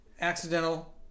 accidental